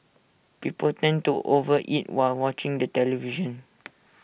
people tend to over eat while watching the television